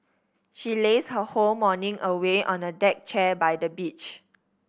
she lazed her whole morning away on a deck chair by the beach